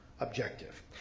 objective